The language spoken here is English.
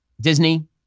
Disney